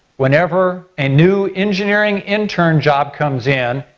whenever a new engineering intern job comes in,